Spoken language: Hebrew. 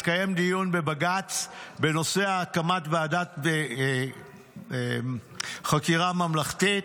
התקיים דיון בבג"ץ בנושא הקמת ועדת חקירה ממלכתית,